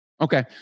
Okay